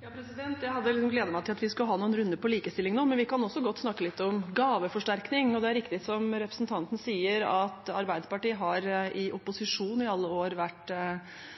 Jeg hadde gledet meg til at vi skulle ha noen runder på likestilling nå, men vi kan også godt snakke litt om gaveforsterkning. Det er riktig, som representanten sier – Arbeiderpartiet var imot innføringen av gaveforsterkningsordningen, og vi har foreslått den fjernet i